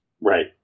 Right